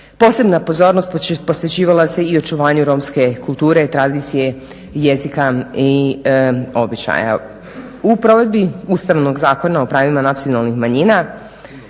Posebna pozornost posjećivala se i očuvanje romske kulture, tradicije, jezika i običaja. U provedbi Ustavnog zakona o pravima nacionalnih manjina